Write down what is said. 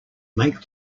make